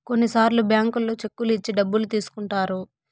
కొన్నిసార్లు బ్యాంకుల్లో చెక్కులు ఇచ్చి డబ్బులు తీసుకుంటారు